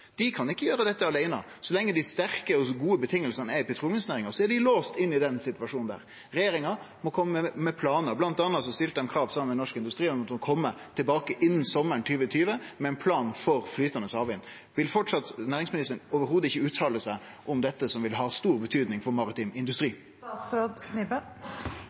Dei kan ikkje gjere dette aleine. Så lenge dei sterke og gode rammevilkåra er i petroleumsnæringa, er dei låste inn i denne situasjonen. Regjeringa må kome med planar. Blant anna stilte dei krav, saman med Norsk Industri, om at ein må kome tilbake innan sommaren 2020 med ein plan for flytande havvind. Vil næringsministeren framleis ikkje uttale seg i det heile om dette som vil ha stor betyding for maritim